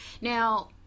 Now